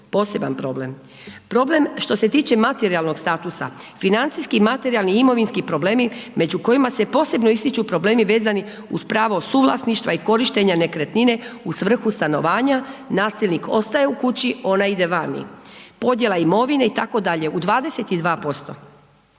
poseban problem. Problem što se tiče materijalnog statusa, financijski, materijalni i imovinski problemi među kojima se posebno ističu problemi vezani uz pravo suvlasništva i korištenja nekretnina u svrhu stanovanja, nasilnik ostaje u kući, ona ide vani, podjela imovine, itd. U 22%.